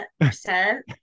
percent